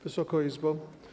Wysoka Izbo!